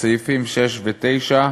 סעיפים 6 ו-9,